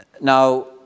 Now